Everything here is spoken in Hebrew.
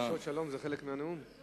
זה חלק מהנאום, דרישת השלום?